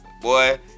boy